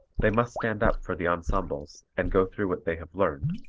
they must stand up for the ensembles and go through what they have learned,